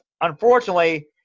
unfortunately